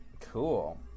Cool